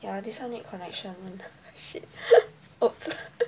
ya this one need connection [one] shit !oops!